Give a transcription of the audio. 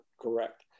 correct